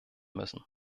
müssen